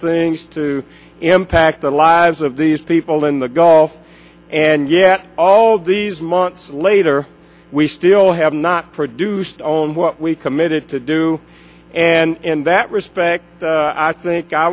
things to impact the lives of these people in the gulf and yet all these months later we still have not produced on what we committed to do and in that respect i think i